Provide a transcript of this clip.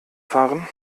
fahren